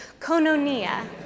Kononia